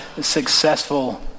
successful